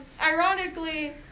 Ironically